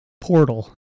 portal